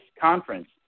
conference